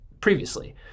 previously